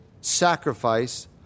sacrifice